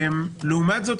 לעומת זאת,